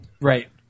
Right